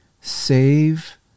Save